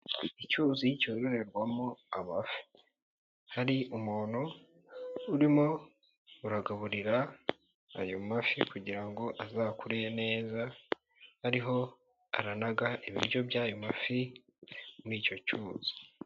Icyuzi cyororerwamo amafi, hari umuntu urimo uragaburira ayo mafi kugira ngo azakure neza, ariho aranaga ibiryo by'ayo mafi muri icyo cyuzi.